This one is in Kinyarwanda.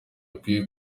ukwiye